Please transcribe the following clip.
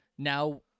Now